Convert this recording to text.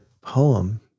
poem